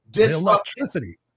Electricity